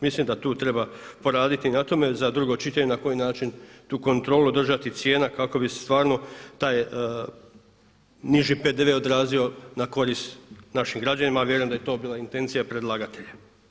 Mislim da tu treba poraditi na tome za drugo čitanje i na koji način tu kontrolu držati cijena kako bi se stvarno taj niži PDV odrazio na korist našim građanima, a vjerujem da je i to bila intencija predlagatelja.